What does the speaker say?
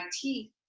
teeth